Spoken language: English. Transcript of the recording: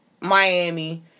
Miami